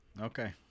Okay